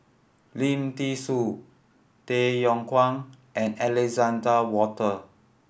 Lim Thean Soo Tay Yong Kwang and Alexander Wolter